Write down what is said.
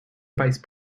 vice